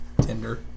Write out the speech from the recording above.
Tinder